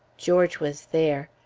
george was there.